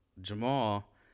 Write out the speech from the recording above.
Jamal